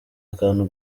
akantu